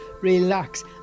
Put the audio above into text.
relax